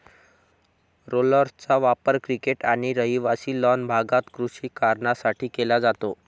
रोलर्सचा वापर क्रिकेट आणि रहिवासी लॉन भागात कृषी कारणांसाठी केला जातो